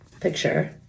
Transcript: picture